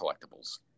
collectibles